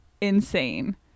insane